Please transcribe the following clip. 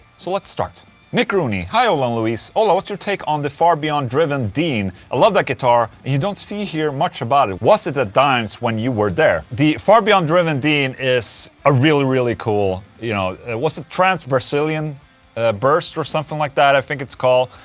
so, let's start nick rooney hi ola and louise ola, what's your take on the far beyond driven dean? i love that guitar, you don't see hear much about it was it at ah dime's when you were there? the far beyond driven dean is a really really cool. you know was it trans-brazilia burst or something like that i think it's called.